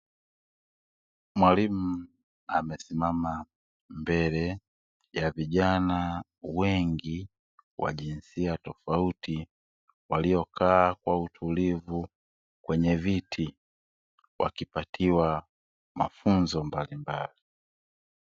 Mwalimu amesimama mbele ya vijana wengi wa jinsia tofauti, waliokaa kwa utulivu kwenye viti wakipatiwa mafunzo mbalimbali.